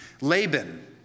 Laban